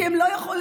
כי הם לא יכולים.